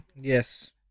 Yes